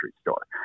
store